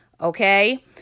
Okay